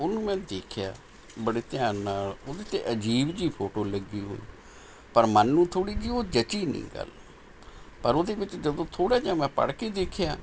ਉਹਨੂੰ ਮੈਂ ਦੇਖਿਆ ਬੜੇ ਧਿਆਨ ਨਾਲ਼ ਉਹਦੇ 'ਤੇ ਅਜੀਬ ਜਿਹੀ ਫੋਟੋ ਲੱਗੀ ਹੋਈ ਪਰ ਮਨ ਨੂੰ ਥੋੜ੍ਹੀ ਜਿਹੀ ਉਹ ਜਚੀ ਨਹੀਂ ਗੱਲ ਪਰ ਉਹਦੇ ਵਿੱਚ ਜਦੋਂ ਥੋੜ੍ਹਾ ਜਿਹਾ ਮੈਂ ਪੜ੍ਹ ਕੇ ਦੇਖਿਆ